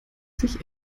sich